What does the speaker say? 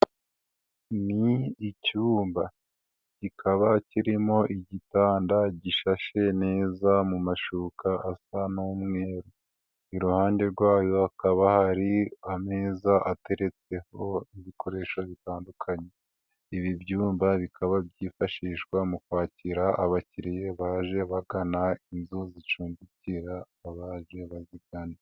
Ni icyumba kikaba kirimo igitanda gishashe neza mu mashuka asa n'umweru iruhande rwayo hakaba hari ameza ateretseho ibikoresho bitandukanye, ibi byumba bikaba byifashishwa mu kwakira abakiliriya baje bagana inzu zicumbikira abaje baziganda.